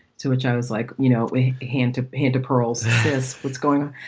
to which i was like, you know, we had to panta perles says, what's going on,